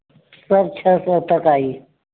सब छः सौ तक आई